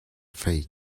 faith